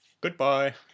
Goodbye